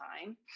time